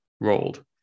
rolled